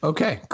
Okay